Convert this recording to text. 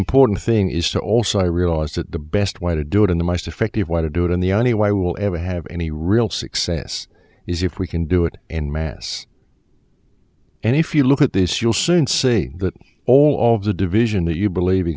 important thing is to also realize that the best way to do it in the most effective way to do it and the un e y will ever have any real success is if we can do it and mass and if you look at this you'll soon see that all of the division that you believ